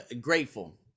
grateful